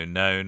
no